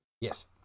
Yes